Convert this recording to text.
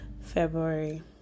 February